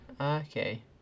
Okay